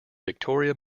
victoria